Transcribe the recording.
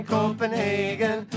Copenhagen